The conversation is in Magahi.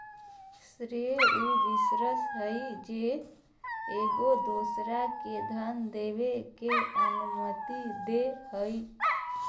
श्रेय उ विश्वास हइ जे एगो दोसरा के धन देबे के अनुमति दे हइ